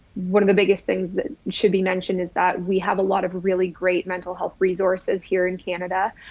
one of the biggest things that should be mentioned is that we have a lot of really great mental health resources here in canada,